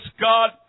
God